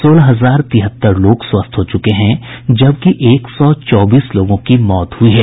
सोलह हजार तिहत्तर लोग स्वस्थ हो चुके हैं जबकि एक सौ चौबीस लोगों की मौत हुई है